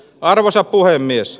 arvoisa puhemies